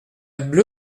cravate